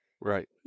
Right